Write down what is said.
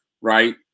right